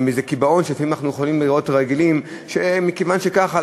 עם איזה קיבעון שלפעמים אנחנו רגילים לראות שמכיוון שככה,